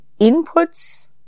inputs